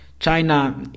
China